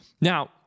Now